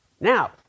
Now